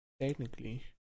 Technically